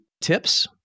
tips